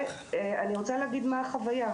אני רוצה להגיד מה החוויה,